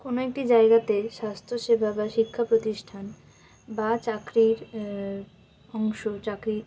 কোনো একটি জায়গাতে স্বাস্থ্য সেবা বা শিক্ষা প্রতিষ্ঠান বা চাকরির অংশ চাকরি